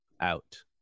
out